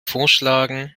vorschlagen